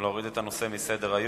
ולהוריד את הנושא מסדר-היום.